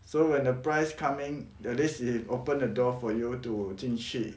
so when the price coming at least she open the door for you to 进去